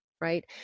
Right